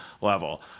level